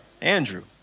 Andrew